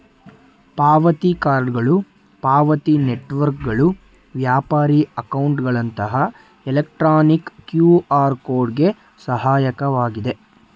ಪಾವತಿ ಕಾರ್ಡ್ಗಳು ಪಾವತಿ ನೆಟ್ವರ್ಕ್ಗಳು ವ್ಯಾಪಾರಿ ಅಕೌಂಟ್ಗಳಂತಹ ಎಲೆಕ್ಟ್ರಾನಿಕ್ ಕ್ಯೂಆರ್ ಕೋಡ್ ಗೆ ಸಹಾಯಕವಾಗಿದೆ